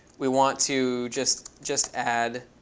we want to just just add